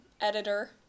editor